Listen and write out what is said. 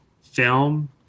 film